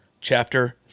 chapter